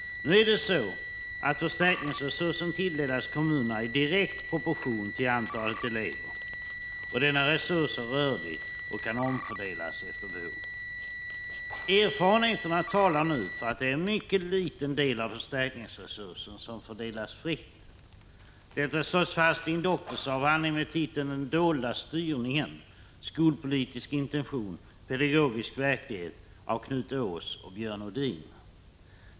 Nu tilldelas kommunerna förstärkningsresursen i direkt proportion till antalet elever. Denna resurs är rörlig och kan omfördelas efter behov. Erfarenheterna talar för att det är en mycket liten del av förstärkningsresursen som fördelas fritt. Detta slås fast i en doktorsavhandling med titeln ”Den dolda styrningen — skolpolitisk intention — pedagogisk verklighet”, av Knut Åhs och Björn Odin.